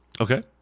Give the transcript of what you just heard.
Okay